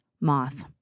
moth